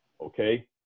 Okay